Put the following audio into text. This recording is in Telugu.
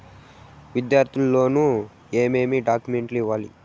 విద్యార్థులు లోను ఏమేమి డాక్యుమెంట్లు ఇవ్వాలి?